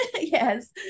yes